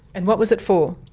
and what was it for?